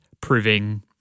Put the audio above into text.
proving